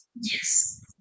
Yes